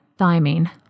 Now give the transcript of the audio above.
thymine